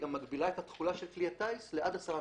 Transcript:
היא גם מגבילה את התחולה של כלי הטיס לעד עשרה